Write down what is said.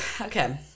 Okay